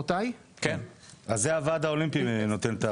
אז זה הוועד האולימפי נותן הקריטריון.